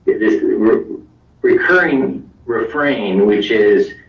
this recurring refrain, which is